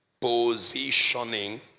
Positioning